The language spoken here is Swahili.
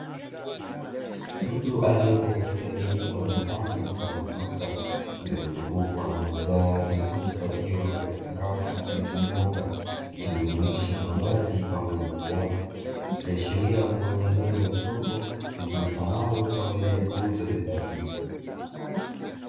Mtu aliyepo katika eneo la ndani mfano wa duka, lililozungukwa na bidhaa zilizohifadhiwa katika rafu zilizonyooka ikijumuisha mavazi pamoja na viatu, ikiashiria kuwa ni eneo la soko litumikanalo kwaajili ya kuuzaa bidhaa hizo.